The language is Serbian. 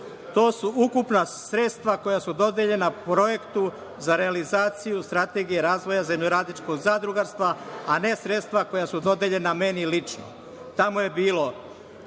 su ukupna sredstva koja su dodeljena projektu za realizaciju Strategiju razvoja zemljoradničkog zadrugarstva, a ne sredstva koja su dodeljena meni lično. Tamo je bilo